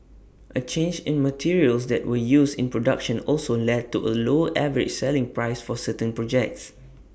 A change in materials that were used in production also led to A lower average selling price for certain projects